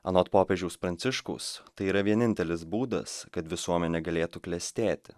anot popiežiaus pranciškaus tai yra vienintelis būdas kad visuomenė galėtų klestėti